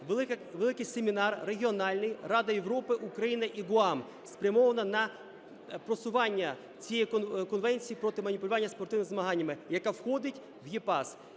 великий семінар регіональний "Рада Європи, Україна і ГУАМ", спрямований на просування цієї конвенції проти маніпулювання спортивними змаганнями, яка входить в ЕРАS,